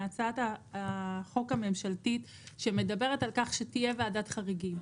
החוק הממשלתית שמדברת על כך שתהיה ועדת חריגים.